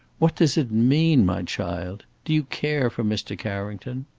what does it mean, my child? do you care for mr. carrington?